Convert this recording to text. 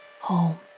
Home